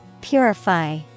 Purify